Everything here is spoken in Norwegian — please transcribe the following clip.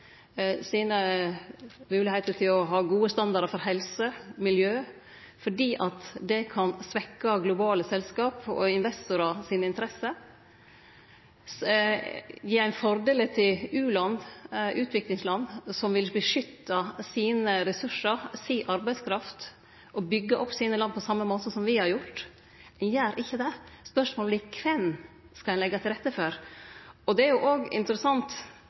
sine arbeidsvilkår, sine moglegheiter til å ha gode standardar for helse og miljø fordi det kan svekkje interessene til globale selskap og investorar? Gir ein fordelar til utviklingsland som vil beskytte sine ressursar, si arbeidskraft og byggje opp sine land på same måte som me har gjort? Ein gjer ikkje det. Spørsmålet vert: Kven skal ein leggje til rette for? Det er òg interessant,